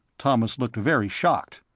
thomas looked very shocked.